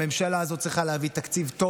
הממשלה הזאת צריכה להביא תקציב טוב